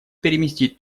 переместить